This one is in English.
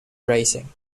racing